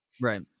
right